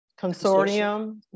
Consortium